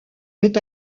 met